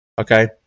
Okay